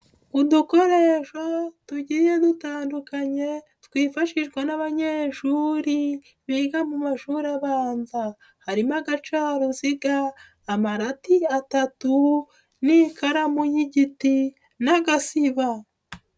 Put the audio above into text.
Udukore tugiye dutandukanye, twifashishwa n'abanyeshuri, biga mu mashuri abanza. Harimo agacaruziga, amarati atatu n'ikaramu y'igiti n'agasiba.